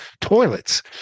toilets